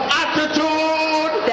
attitude